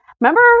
Remember